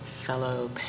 fellow